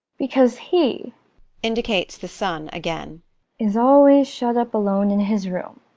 because he indicates the son again is always shut up alone in his room.